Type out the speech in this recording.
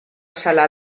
sala